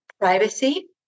Privacy